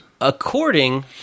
According